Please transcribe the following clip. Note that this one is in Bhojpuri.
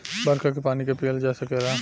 बरखा के पानी के पिअल जा सकेला